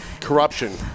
corruption